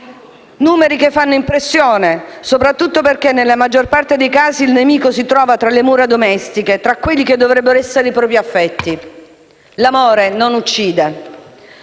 Numeri che fanno impressione, soprattutto perché, nella maggior parte dei casi, il nemico si trova tra le mura domestiche, tra quelli che dovrebbero essere i propri affetti. L'amore non uccide.